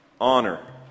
Honor